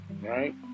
right